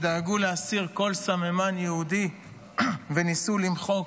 דאגו להסיר כל סממן יהודי וניסו למחוק